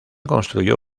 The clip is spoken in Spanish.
construyó